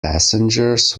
passengers